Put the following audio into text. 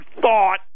thought